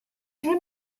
him